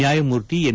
ನ್ಯಾಯಮೂರ್ತಿ ಎನ್